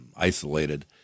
isolated